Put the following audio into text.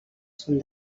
són